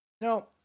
Now